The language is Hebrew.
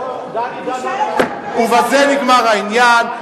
בזה נגמר העניין.